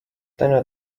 täna